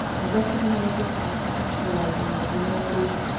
of recognizing and conceptualizing marginality,